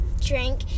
drink